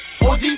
OG